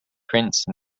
prince